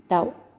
दाव